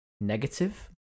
negative